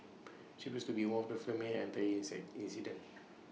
she appears to be The One of the filming the entire inset incident